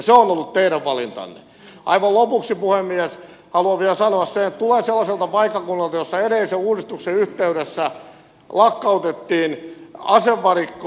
aivan lopuksi puhemies haluan vielä sanoa sen että tulen sellaiselta paikkakunnalta jolla edellisen uudistuksen yhteydessä lakkautettiin asevarikko